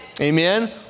Amen